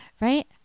right